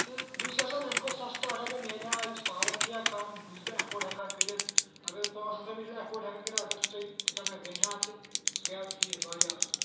تہٕ بہٕ چھُس یَژھان اَمہِ کھۄت سَستہٕ اَگر مےٚ میلہِ ہا یُس پاوَر کھیٚیہِ ہا کَم یُس بہٕ اٮ۪فٲڈ ہٮ۪کہٕ ہا کٔرِتھ اَگر پانٛژھ ساس رۄپیہِ چھِ اٮ۪فٲڈ ہٮ۪کان کٔرِتھ اَگر تیُتُے تیوٗتاہ مےٚ بَنہِ ہا تہٕ سُہ گٔیو ٹھیٖک واریاہ اَصٕل